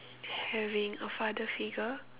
having a father figure